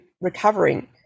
recovering